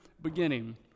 Beginning